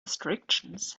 restrictions